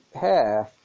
hair